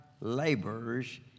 laborers